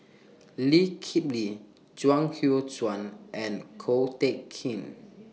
Lee Kip Lee Chuang Hui Tsuan and Ko Teck Kin